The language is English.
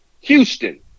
Houston